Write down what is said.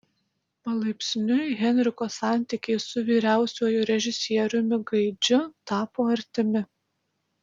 palaipsniui henriko santykiai su vyriausiuoju režisieriumi gaidžiu tapo artimi